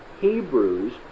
Hebrews